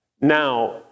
Now